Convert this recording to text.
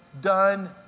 done